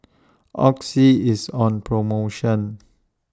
Oxy IS on promotion